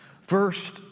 First